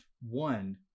One